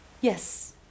Yes